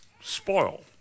spoil